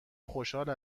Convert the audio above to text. خوشحال